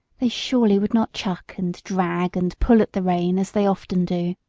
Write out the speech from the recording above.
they surely would not chuck, and drag, and pull at the rein as they often do.